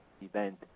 event